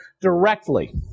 directly